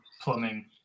plumbing